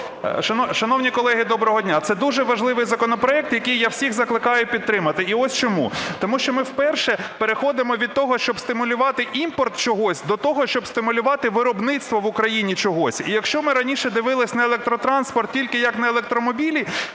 Шановні колеги, доброго дня! Це дуже важливий законопроект, який я всіх закликаю підтримати, і ось чому. Тому що ми вперше переходимо від того, щоб стимулювати імпорт чогось, до того, щоб стимулювати виробництво в Україні чогось. І якщо ми раніше дивились на електротранспорт тільки як на електромобілі,